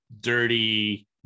dirty